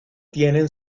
tienen